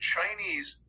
Chinese